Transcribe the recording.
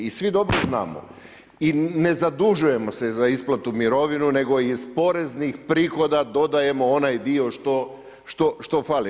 I svi dobro znamo i ne zadužujemo se za isplatu mirovinu, nego iz poreznih prihoda dodajemo onaj dio što fali.